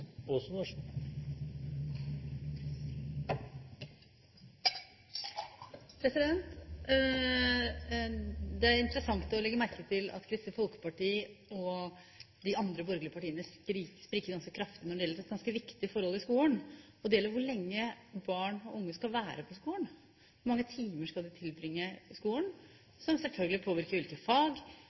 at Kristelig Folkeparti og de andre borgerlige partiene spriker ganske kraftig når det gjelder et ganske viktig forhold i skolen, nemlig hvor lenge barn og unge skal være på skolen, og hvor mange timer de skal tilbringe på skolen. Det vil selvfølgelig påvirke hvilke fag